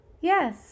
Yes